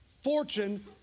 fortune